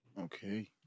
Okay